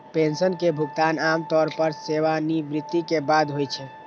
pension के भुगतान आम तौर पर सेवानिवृत्ति के बाद होइ छै